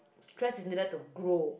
stress is needed to grow